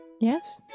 yes